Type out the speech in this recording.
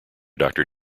doctor